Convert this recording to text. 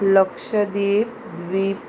Lakshadweep Dweep